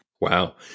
Wow